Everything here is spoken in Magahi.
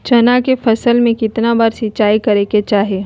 चना के फसल में कितना बार सिंचाई करें के चाहि?